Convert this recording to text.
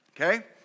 okay